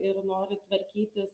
ir nori tvarkytis